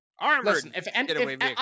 Armored